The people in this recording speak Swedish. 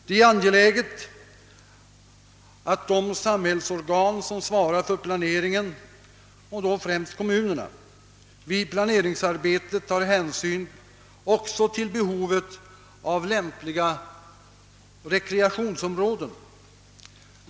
Det är angeläget att de samhällsorgan som svarar för planeringen, främst kommunerna, vid planeringsarbetet även tar hänsyn till behovet av lämpliga rekreationsområden.